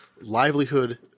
livelihood